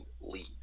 leave